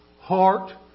Heart